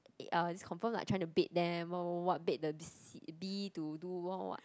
eh is confirm like trying to bait them what what what bait the C~ B to do what what what